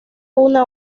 una